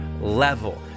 level